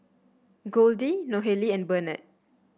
Goldie Nohely and Bernard